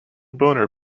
boner